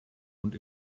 und